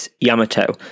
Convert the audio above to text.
Yamato